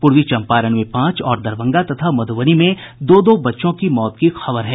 पूर्वी चम्पारण में पांच और दरभंगा तथा मध्रबनी में दो दो बच्चों की मौत की खबर है